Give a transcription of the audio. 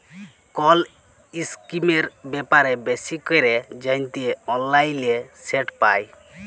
call ইসকিমের ব্যাপারে বেশি ক্যরে জ্যানতে অললাইলে সেট পায়